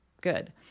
good